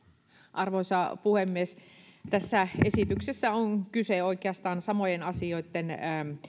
arvoisa puhemies tässä esityksessä on kyse oikeastaan samojen asioitten